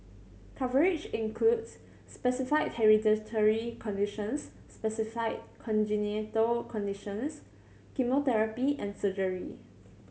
coverage includes specified hereditary conditions specified congenital conditions chemotherapy and surgery